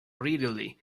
readily